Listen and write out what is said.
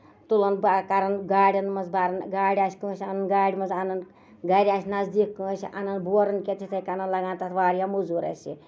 تُلان کران گاڈین منٛز بَران گاڈِ آسہِ کٲنسہِ اَنٕںی گاڈِ منٛز اَنن گرِ آسہِ نَزدیٖک کٲنسہِ اَنان بورن کیتھ یِتھے کَنۍ لگان تَتھ واریاہ موزوٗر اَسہِ